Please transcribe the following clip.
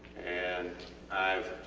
and ive